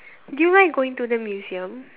do you mind going to the museum